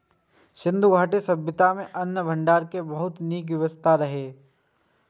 सिंधु घाटी सभ्यता मे अन्न भंडारण के बहुत नीक व्यवस्था रहै